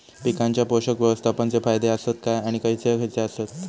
पीकांच्या पोषक व्यवस्थापन चे फायदे आसत काय आणि खैयचे खैयचे आसत?